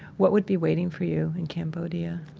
what would be waiting for you in cambodia?